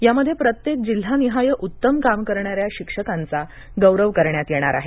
यामध्ये प्रत्येक जिल्हानिहाय उत्तम काम करणाऱ्या शिक्षकांचा गौरव करण्यात येणार आहे